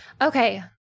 Okay